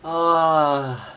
ah